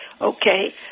Okay